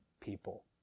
people